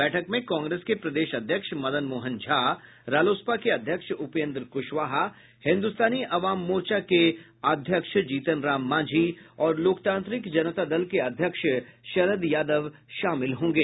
बैठक में कांग्रेस के प्रदेश अध्यक्ष मदन मोहन झा रालोसपा के अध्यक्ष उपेन्द्र कुशवाहा हिन्दुस्तानी अवाम मोर्चा के अध्यक्ष जीतन राम मांझी और लोकतांत्रिक जनता दल के अध्यक्ष शरद यादव शामिल होंगे